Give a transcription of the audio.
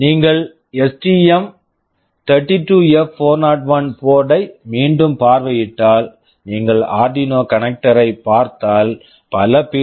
நீங்கள் எஸ்டிஎம்32எப்401STM32F401 board board ஐ மீண்டும் பார்வையிட்டால் நீங்கள் ஆர்டினோ Arduino கனக்டர் connector ஐப் பார்த்தால் பல பி